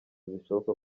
zishoboka